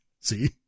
see